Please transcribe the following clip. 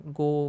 go